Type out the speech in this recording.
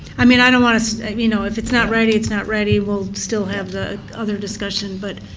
i mean i don't want you know if it's not ready, it's not ready, we'll still have that other discussion. but